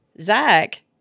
Zach